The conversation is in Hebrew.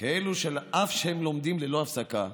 כאלה שאף שהם לומדים ללא הפסקה,